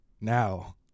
Now